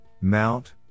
mount